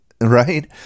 Right